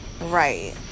Right